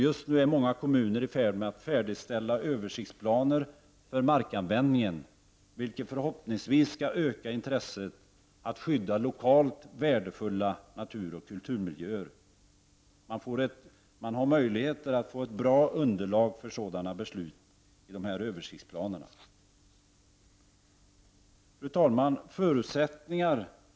Just nu är många kommuner i färd med att färdigställa översiktsplaner för markanvändningen, vilket förhoppningsvis skall öka intresset att skydda lokalt värdefulla naturoch kulturmiljöer. Man har möjligheter att få ett bra underlag för sådana beslut i de här översiktsplanerna. Fru talman!